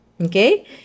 okay